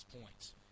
points